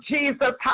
Jesus